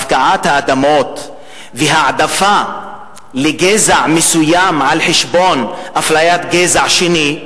הפקעת האדמות והעדפה לגזע מסוים על חשבון אפליית גזע שני,